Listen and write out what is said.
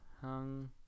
Hung